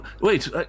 Wait